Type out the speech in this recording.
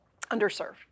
underserved